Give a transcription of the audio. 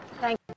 Thank